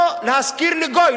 לא להשכיר לגוי.